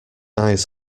eyes